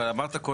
אבל אמרת קודם,